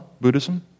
Buddhism